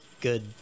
good